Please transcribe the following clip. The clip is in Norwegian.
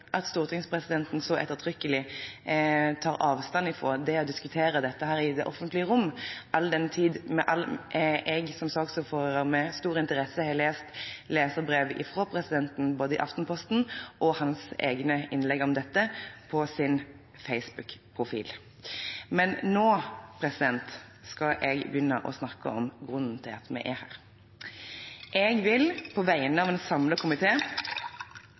at stortingspresidenten så ettertrykkelig tar avstand fra å diskutere dette i det offentlige rom, all den tid jeg som saksordfører med stor interesse har lest leserbrev fra stortingspresidenten både i Aftenposten og i form av hans egne innlegg om dette på hans Facebook-profil. Men nå skal jeg begynne å snakke om grunnen til at vi er her. Jeg vil, på vegne av en